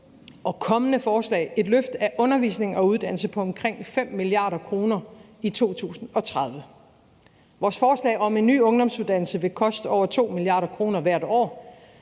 de kommende forslag et løft af undervisning og uddannelse på omkring 5 mia. kr. i 2030. Vi har et forslag om en ny ungdomsuddannelse, som vil koste over 2 mia. kr. hvert år,